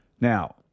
Now